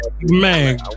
man